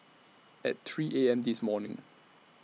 At three A M This morning